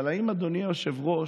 אבל האם, אדוני היושב-ראש,